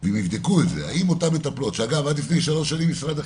פה כל באי הבית הזה: אף אחד לא יוכל להכריח אותנו לשנות את אורח